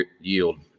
yield